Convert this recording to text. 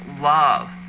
love